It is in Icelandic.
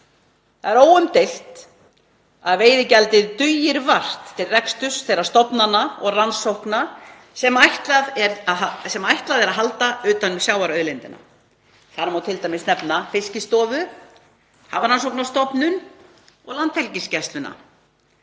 Það er óumdeilt að veiðigjaldið dugir vart til reksturs þeirra stofnana og rannsókna sem ætlað er að halda utan um sjávarauðlindina. Þar má nefna Fiskistofu, Hafrannsóknastofnun og Landhelgisgæsluna.